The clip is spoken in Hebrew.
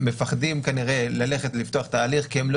מפחדים כנראה ללכת לפתוח את ההליך כי הם לא